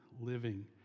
living